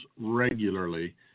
regularly